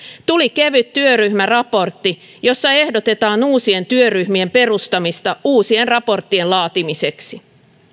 tuli kevyt työryhmäraportti jossa ehdotetaan uusien työryhmien perustamista uusien raporttien laatimiseksi